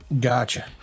Gotcha